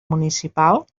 municipal